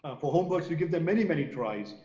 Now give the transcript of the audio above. ah for homeworks, you give them many, many tries.